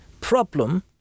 problem